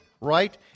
Right